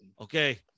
okay